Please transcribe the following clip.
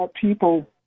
people